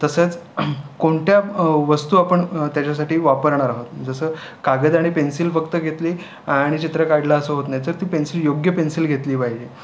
तसंच कोणत्या वस्तू आपण त्याच्यासाठी वापरणार आहोत जसं कागद आणि पेन्सिल फक्त घेतली आणि चित्र काढलं असं होत नाही तर ती पेन्सिल योग्य पेन्सिल घेतली पाहिजे